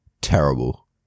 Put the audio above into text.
terrible